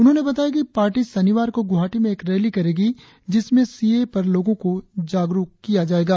उन्होंने बताया कि पार्टी शनिवार को गुवाहाटी में एक रैली करेगी जिसमें सी ए ए पर लोगों को जागरुकता किया जाएगा